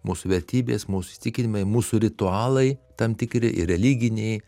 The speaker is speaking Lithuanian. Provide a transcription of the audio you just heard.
mūsų vertybės mūsų įsitikinimai mūsų ritualai tam tikri ir religiniai